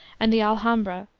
and the alhambra,